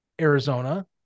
Arizona